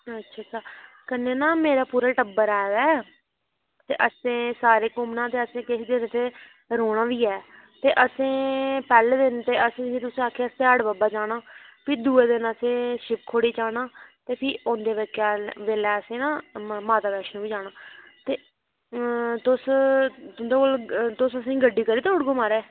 अच्छा अच्छा कन्नै ना मेरा पूरा टब्बर आया ते असें सारें घुम्मने ते असें रौह्ना बी ऐ ते असें पैहले दिन ते तुसें आखेआ सियाढ़ बाबा फिर दुए दिन असें शिवखोड़ी जाना ते फ्ही औंदे बेल्लै असें ना माता वैष्णो बी जाना ते तुस तुंदे कोल गड्डी करू दऊ उड़गे माराज